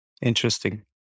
Interesting